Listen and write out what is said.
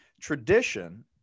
tradition